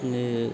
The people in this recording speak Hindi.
ये